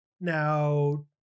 now